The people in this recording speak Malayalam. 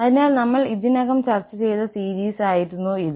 അതിനാൽ നമ്മൾ ഇതിനകം ചർച്ച ചെയ്ത സീരിസായിരുന്നു ഇത്